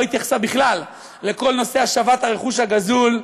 התייחסה בכלל לכל נושא השבת הרכוש הגזול,